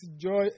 joy